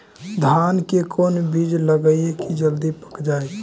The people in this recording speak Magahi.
धान के कोन बिज लगईयै कि जल्दी पक जाए?